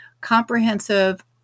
comprehensive